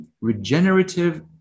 regenerative